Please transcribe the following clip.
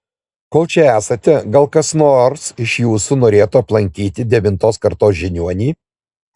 kol čia esate gal kas nors iš jūsų norėtų aplankyti devintos kartos žiniuonį